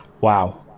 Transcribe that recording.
Wow